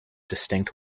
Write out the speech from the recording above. distinct